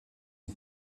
une